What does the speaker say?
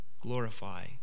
glorify